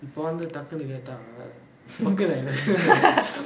இப்ப வந்து டக்குனு கேட்டா பக்குனு:ippa vanthu takkunu kaettaa bakkunu